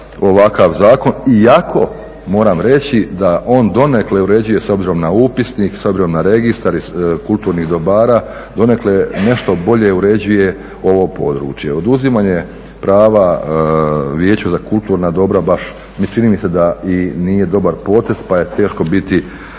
ovakav zakon. iako moram reći da on donekle uređuje s obzirom na upisnik, s obzirom na Registar kulturnih dobara donekle nešto bolje uređuje ovo područje. Oduzimanje prava Vijeću za kulturna dobra čini mi se da i nije dobar potez pa je teško biti